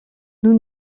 nous